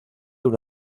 una